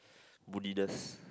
moodiness